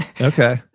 Okay